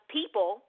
people